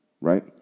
right